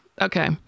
Okay